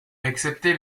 excepté